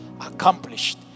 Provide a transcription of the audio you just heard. accomplished